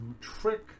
trick